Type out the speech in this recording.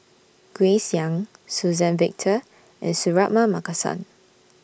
Grace Young Suzann Victor and Suratman Markasan